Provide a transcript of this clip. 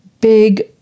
big